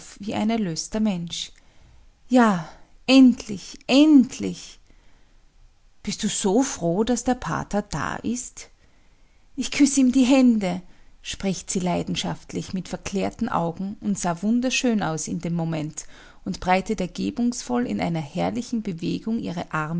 wie ein erlöster mensch ja endlich endlich bist du so froh daß der pater da ist ich küss ihm die hände spricht sie leidenschaftlich mit verklärten augen und sah wunderschön aus in dem moment und breitet ergebungsvoll in einer herrlichen bewegung